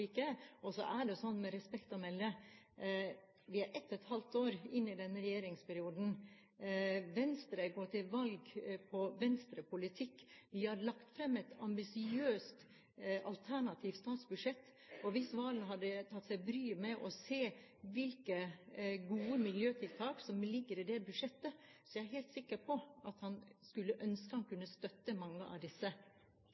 klimaforliket. Og så er det sånn med respekt å melde: Vi er ett og et halvt år inn i denne regjeringsperioden. Venstre går til valg på Venstre-politikk. Vi har lagt fram et ambisiøst alternativt statsbudsjett, og hvis Serigstad Valen hadde tatt seg bryet med å se hvilke gode miljøtiltak som ligger i det budsjettet, er jeg helt sikker på at han skulle ønske